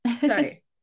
Sorry